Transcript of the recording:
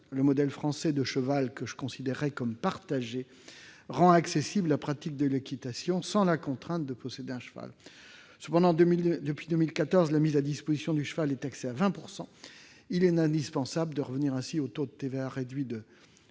le modèle français, fondé, pourrait-on dire, sur le cheval partagé, rend accessible la pratique de l'équitation sans la contrainte de posséder un cheval. Cependant, depuis 2014, la mise à disposition du cheval est taxée à 20 %: il est indispensable de revenir au taux réduit de